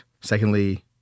Secondly